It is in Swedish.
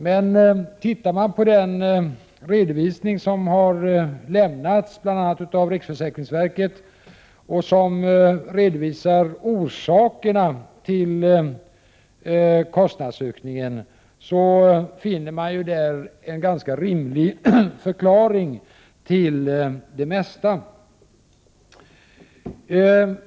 Men om man studerar den redovisning som har lämnats av bl.a. riksförsäkringsverket av orsakerna till kostnadsökningen, finner man en ganska rimlig förklaring till det mesta.